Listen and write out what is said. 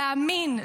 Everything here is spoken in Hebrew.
להאמין,